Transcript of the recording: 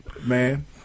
Man